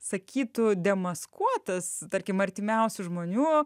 sakytų demaskuotas tarkim artimiausių žmonių